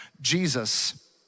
Jesus